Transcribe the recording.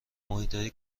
محیطهای